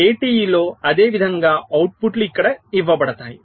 ATE లో అదేవిధంగా అవుట్పుట్లు ఇక్కడ ఇవ్వబడతాయి